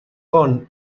fon